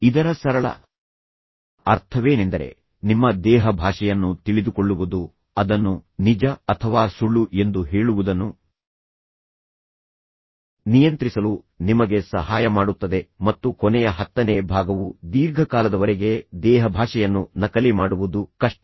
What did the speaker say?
ಇದರ ಸರಳ ಅರ್ಥವೇನೆಂದರೆ ನಿಮ್ಮ ದೇಹಭಾಷೆಯನ್ನು ತಿಳಿದುಕೊಳ್ಳುವುದು ಅದನ್ನು ನಿಜ ಅಥವಾ ಸುಳ್ಳು ಎಂದು ಹೇಳುವುದನ್ನು ನಿಯಂತ್ರಿಸಲು ನಿಮಗೆ ಸಹಾಯ ಮಾಡುತ್ತದೆ ಮತ್ತು ಕೊನೆಯ ಹತ್ತನೇ ಭಾಗವು ದೀರ್ಘಕಾಲದವರೆಗೆ ದೇಹಭಾಷೆಯನ್ನು ನಕಲಿ ಮಾಡುವುದು ಕಷ್ಟ